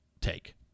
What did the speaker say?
take